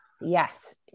Yes